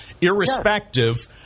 irrespective